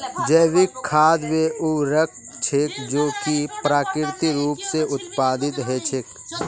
जैविक खाद वे उर्वरक छेक जो कि प्राकृतिक रूप स उत्पादित हछेक